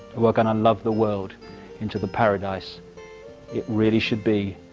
who are gonna love the world into the paradise it really should be,